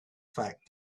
fact